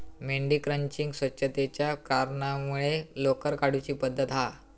मेंढी क्रचिंग स्वच्छतेच्या कारणांमुळे लोकर काढुची पद्धत हा